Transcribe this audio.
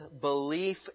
belief